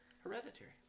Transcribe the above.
Hereditary